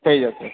થઈ જશે